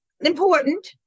important